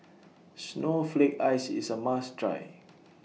Snowflake Ice IS A must Try